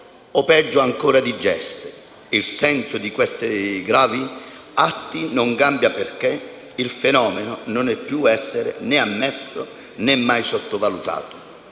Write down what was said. o peggio ancora di gesti, il senso di questi gravi atti non cambia perché il fenomeno non può essere né ammesso né mai sottovalutato.